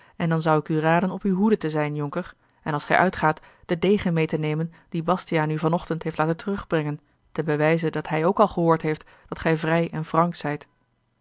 en dan zou ik u raden op uwe hoede te zijn jonker en als gij uitgaat den degen meê te nemen dien bastiaan u van ochtend heeft laten terugbrengen ten bewijze dat hij ook al gehoord heeft dat gij vrij en vrank zijt